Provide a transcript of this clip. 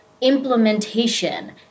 implementation